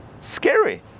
Scary